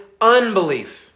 unbelief